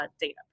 data